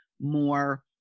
more